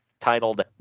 titled